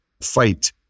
fight